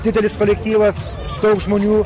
didelis kolektyvas daug žmonių